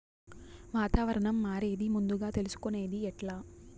వాతావరణం మారేది ముందుగా తెలుసుకొనేది ఎట్లా?